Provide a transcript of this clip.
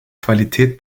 qualität